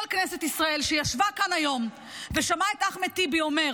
כל כנסת ישראל שישבה כאן היום ושמעה את אחמד טיבי אומר,